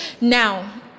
now